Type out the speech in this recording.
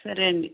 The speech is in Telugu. సరే అండి